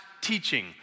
teaching